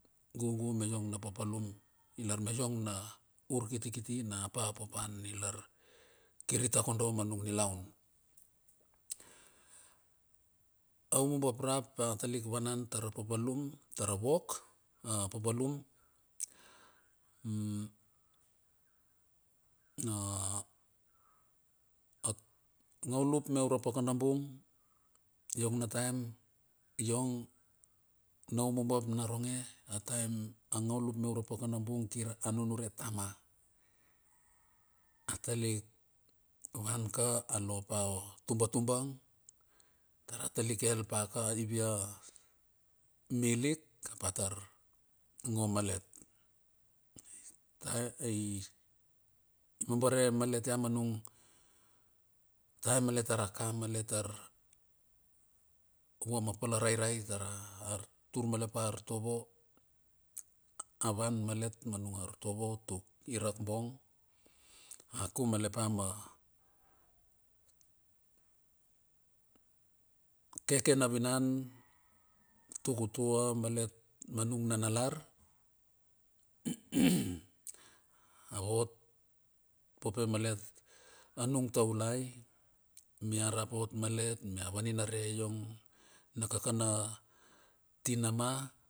Gugu me iong na papalum i lar me iong na urkitkiti na pa papoan i lar kir i takodo na nung nilaun. Aumumbap rap atalik vanan tar a papalum tar a vok a paplaum angaulu ap me ura pakana bung iong na taem iong na umum bap naronge a taem angaulupme ura pakanabung kir a nunure tama. A talik van ka a lo pa o tubatuban tar a talik elpa ka ivia mi lik ap a tar ngo malet. Ai ima bare malet a manung taem malet tar a kam malet tar vua mapala rairai tar atur malet pa artovo a van malet ma nung artovo tuki rakbong akum malet pa ma keke na vinan tukutua malet mamung nanalar a vot pope malet anung taulai mia rap ot malet mia vaninare iong na kaka na tinama.